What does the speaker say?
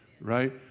right